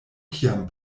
kiam